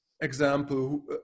example